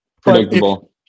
Predictable